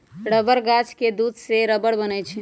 rubber गाछ के दूध से रबर बनै छै